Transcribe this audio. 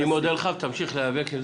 אני מודה לך, תמשיך להיאבק.